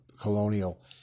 Colonial